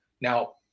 Now